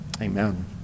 Amen